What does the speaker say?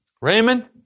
Raymond